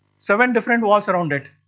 seven different walls around it.